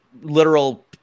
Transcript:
literal